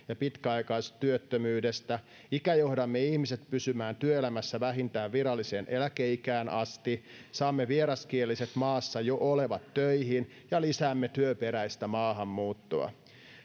ja pitkäaikaistyöttömyydestä ikäjohdamme ihmiset pysymään työelämässä vähintään viralliseen eläkeikään asti saamme vieraskieliset maassa jo olevat töihin ja lisäämme työperäistä maahanmuuttoa